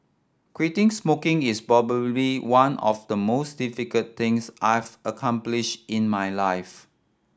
quitting smoking is probably one of the most difficult things I've accomplished in my life